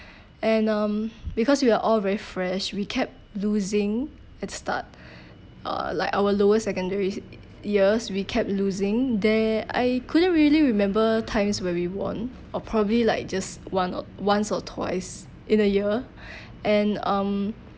and um because we are all very fresh we kept losing at the start uh like our lower secondary years we kept losing there I couldn't really remember times where we won or probably like just one or once or twice in a year and um